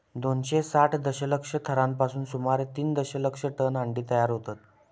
दोनशे साठ दशलक्ष थरांपासून सुमारे तीन दशलक्ष टन अंडी तयार होतत